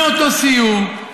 מאותו סיור,